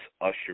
usher